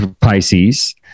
pisces